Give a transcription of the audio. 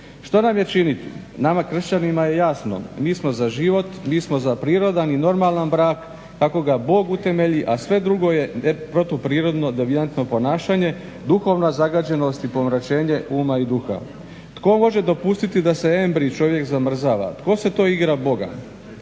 Što nam je činiti? Nama kršćanima je jasno, mi smo za život, mi smo za prirodan i normalan brak kako ga Bog utemelji, a sve drugo je protuprirodno, devijantno ponašanje, duhovna zagađenost i pomračenje uma i duha. Tko može dopustiti da se embrij čovjek zamrzava, tko se to igra Boga?